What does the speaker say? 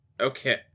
Okay